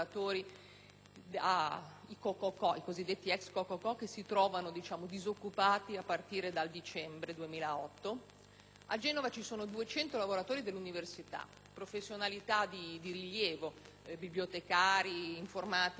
i cosiddetti ex co.co.co, che si trovano disoccupati a partire dal dicembre 2008. A Genova ci sono 200 lavoratori dell'università, di professionalità di rilievo - bibliotecari, informatici,